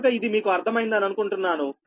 కనుక ఇది మీకు అర్థం అయిందని అనుకుంటున్నాను